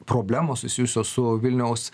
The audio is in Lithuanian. problemos susijusios su vilniaus